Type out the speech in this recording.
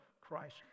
Christ